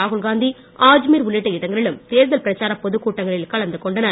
ராகுல் காந்தி ஆஜ்மீர் உள்ளிட்ட இடங்களிலும் தேர்தல் பிரச்சாரப் பொதுக்கூட்டங்களில் கலந்துகொண்டனர்